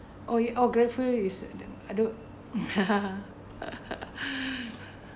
oh yo~ oh grateful is I don~ I don't